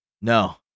No